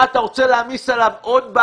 מנהל הכספים.